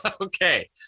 Okay